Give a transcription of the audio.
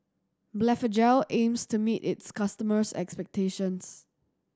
Blephagel aims to meet its customers' expectations